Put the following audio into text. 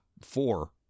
Four